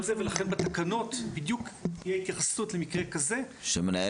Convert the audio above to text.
אם יהיו לנו תקנות שיגידו מה